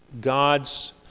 God's